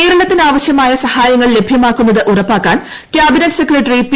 കേരളത്തിന് ആവശ്യമായ സഹായങ്ങൾ ലഭ്യമാക്കുന്നത് ഉറപ്പാക്കാൻ ക്യാബിനറ്റ് സെക്രട്ടറി പി